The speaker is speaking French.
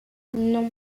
non